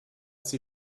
sie